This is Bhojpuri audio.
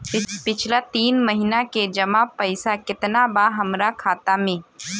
पिछला तीन महीना के जमा पैसा केतना बा हमरा खाता मे?